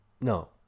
No